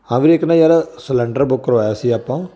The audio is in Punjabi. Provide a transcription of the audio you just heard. ਹਾਂ ਵੀਰੇ ਇੱਕ ਨਾ ਯਾਰ ਸਿਲਿੰਡਰ ਬੁੱਕ ਕਰਵਾਇਆ ਸੀ ਆਪਾਂ